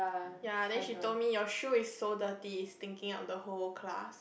ya then she told me your shoe is so dirty it's stinking up the whole class